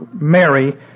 Mary